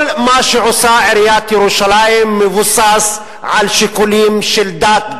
כל מה שעושה עיריית ירושלים מבוסס על שיקולים של דת,